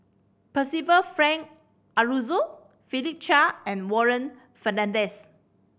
Percival Frank Aroozoo Philip Chia and Warren Fernandez